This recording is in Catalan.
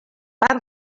part